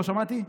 לא שמעתי.